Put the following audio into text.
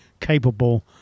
capable